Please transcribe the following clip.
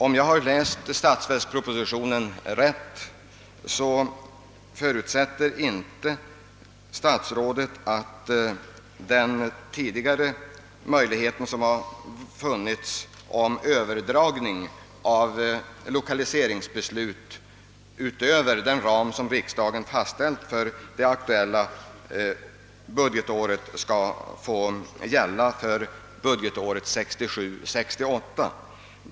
Om jag har läst statsverkspropositionen rätt, förutsätter inte statsrådet att den möjlighet som har funnits tidigare till överdragning av lokaliseringsbeslut utöver den ram som riksdagen fastställt för det aktuella budgetåret skall få gälla för budgetåret 1967/68.